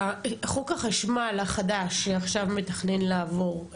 חוק החשמל החדש שעכשיו מתכנן לעבור,